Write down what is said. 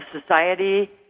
society